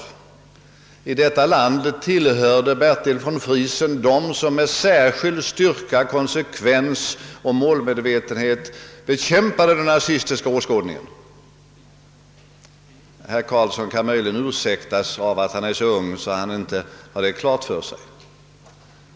I detta land tillhörde Bertil von Friesen dem som med särskild styrka, konsekvens och målmedvetenhet bekämpade den nazistiska åskådningen. Herr Carlsson kan möjligen ursäktas av att han är så ung att han inte har det klart för sig.